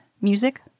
music